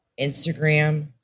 Instagram